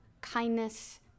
kindness